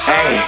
Hey